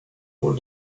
rôle